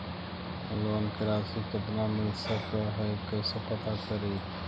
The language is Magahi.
लोन के रासि कितना मिल सक है कैसे पता करी?